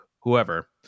whoever